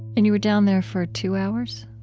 and you were down there for two hours?